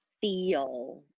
feel